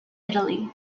italy